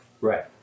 right